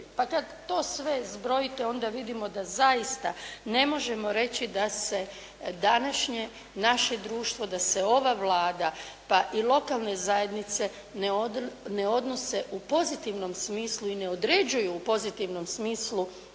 Pa kad to sve zbrojite onda vidimo da zaista ne možemo reći da se današnje naše društvo da se ova Vlada pa i lokalne zajednice ne odnose u pozitivnom smislu i ne određuju u pozitivnom smislu